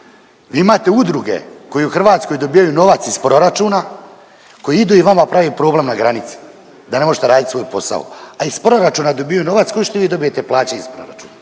Vi imate udruge koje u Hrvatskoj dobijaju novac iz proračuna koje idu i vama prave problem na granici da ne možete raditi svoj posao, a iz proračuna dobivaju novac ko što vi dobijete plaće iz proračuna.